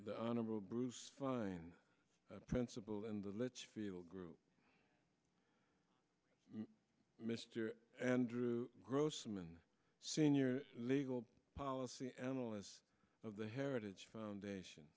the honorable bruce fein principle and the let's feel group mr andrew grossman senior legal policy analyst of the heritage foundation